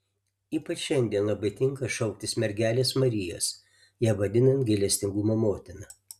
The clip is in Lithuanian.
ypač šiandien labai tinka šauktis mergelės marijos ją vadinant gailestingumo motina